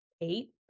eight